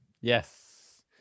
Yes